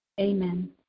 Amen